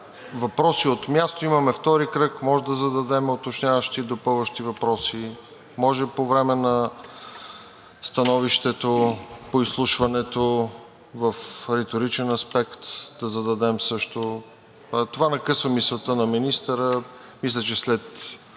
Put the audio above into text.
въпроси от място. Имаме втори кръг, може да зададем уточняващи и допълващи въпроси, може по време на становището по изслушването в риторичен аспект да зададем също. Това накъсва мисълта на министъра. Мисля, че след